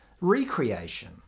recreation